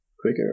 quicker